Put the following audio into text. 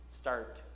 start